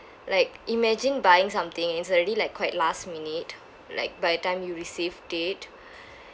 like imagine buying something and it's already like quite last minute like by the time you received it